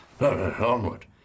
Onward